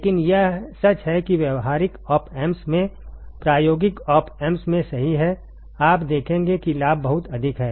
लेकिन यह सच है कि व्यावहारिक ऑप एम्प्स में प्रायोगिक ऑप एम्प्स में सही है आप देखेंगे कि लाभ बहुत अधिक है